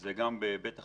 זה גם היבט החקיקה.